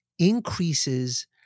increases